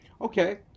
okay